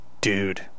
Dude